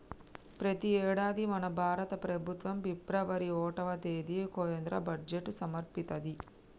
ప్రతి యేడాది మన భారత ప్రభుత్వం ఫిబ్రవరి ఓటవ తేదిన కేంద్ర బడ్జెట్ సమర్పిత్తది